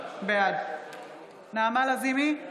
בעד נעמה לזימי,